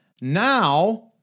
Now